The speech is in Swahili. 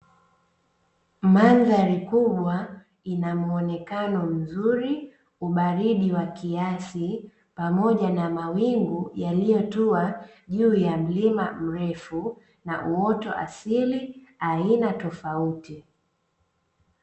Mandhari kubwa ina muonekano mzuri, ubaridi wa kiasi pamoja na mawingu yaliyotua juu ya mlima mrefu, na uoto asili aina tofauti.